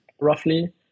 roughly